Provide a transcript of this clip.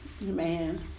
Man